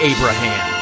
Abraham